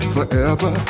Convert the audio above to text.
Forever